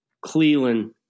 Cleland